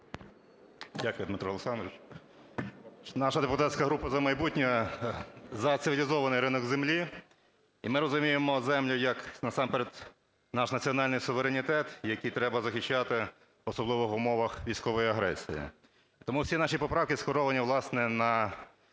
Дякую, Дмитро Олександровичу. Наша депутатська група "За майбутнє" за цивілізований ринок землі. І ми розуміємо землю як насамперед наш національний суверенітет, який треба захищати, особливо в умовах військової агресії. Тому всі наші поправки спрямовані, власне, на